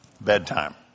bedtime